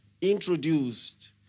introduced